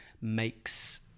makes